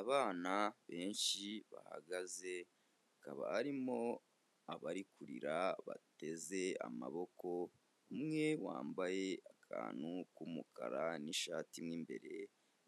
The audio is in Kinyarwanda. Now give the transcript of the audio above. Abana benshi bahagaze hakaba harimo abari kurira bateze amaboko, umwe wambaye akantu k'umukara n'ishati mo imbere,